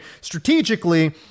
strategically